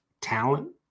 talent